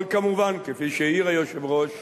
אבל כמובן, כפי שהעיר היושב-ראש,